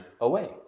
away